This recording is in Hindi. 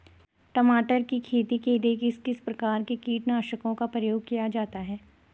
टमाटर की खेती के लिए किस किस प्रकार के कीटनाशकों का प्रयोग किया जाता है?